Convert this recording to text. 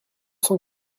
cent